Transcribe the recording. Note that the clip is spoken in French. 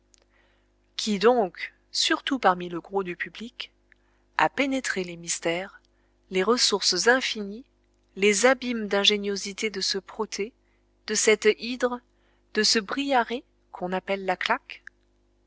qui donc surtout parmi le gros du public a pénétré les mystères les ressources infinies les abîmes d'ingéniosité de ce protée de cette hydre de ce briarée qu'on appelle la claque